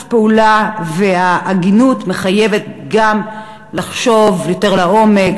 הפעולה וההגינות מחייבים לחשוב יותר לעומק,